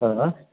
آ